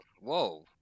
whoa